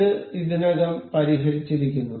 ഇത് ഇതിനകം പരിഹരിച്ചിരിക്കുന്നു